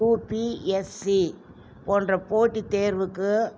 UPSC போன்ற போட்டி தேர்வுக்கு